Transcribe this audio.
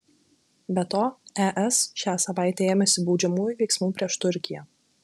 be to es šią savaitę ėmėsi baudžiamųjų veiksmų prieš turkiją